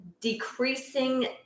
decreasing